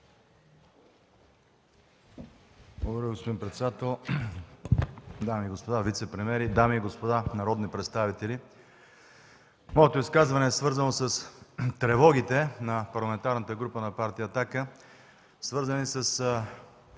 Благодаря, господин председател. Дами и господа вицепремиери, дами и господа народни представители! Моето изказване е във връзка с тревогите на Парламентарната група на партия „Атака”, свързани със